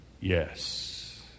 yes